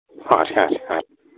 ಹಾಶ್ ಹಾಂ ಹಾಂ